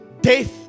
death